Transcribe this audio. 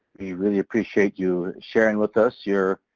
we really appreciate you sharing with us your,